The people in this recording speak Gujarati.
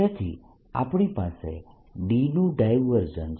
તેથી આપણી પાસે D નું ડાયવર્જન્સ